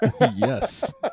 Yes